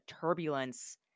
turbulence